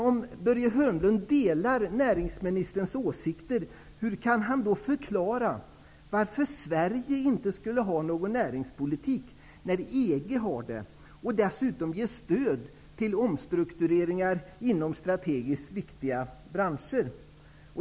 Om Börje Hörnlund delar näringsministerns åsikter, hur kan han i så fall förklara varför Sverige inte har någon näringspolitik när EG har det? Och dessutom ger man i EG stöd till omstruktureringar inom strategiskt viktiga branscher.